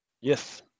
yes